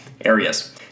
areas